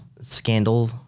Scandal